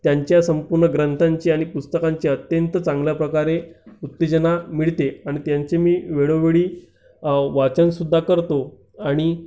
त्यांच्या संपूर्ण ग्रंथांची आणि पुस्तकांची अत्यंत चांगल्या प्रकारे उत्तेजना मिळते आणि त्यांचे मी वेळोवेळी वाचनसुद्धा करतो आणि